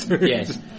yes